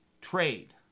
trade